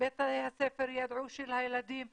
בתי הספר של הילדים ידעו,